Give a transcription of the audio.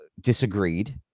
disagreed